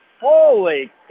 Holy